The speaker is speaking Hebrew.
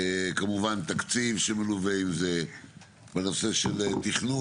כמובן תקציב שמלווה עם זה בנושא של תכנון.